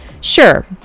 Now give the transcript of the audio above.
Sure